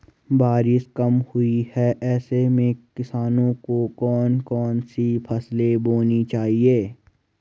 बारिश कम हुई है ऐसे में किसानों को कौन कौन सी फसलें बोनी चाहिए?